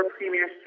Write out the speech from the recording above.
Premier